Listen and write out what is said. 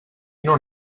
non